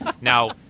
Now